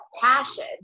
passion